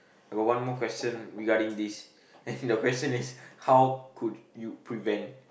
I got one more question regarding this as in your question is how could you prevent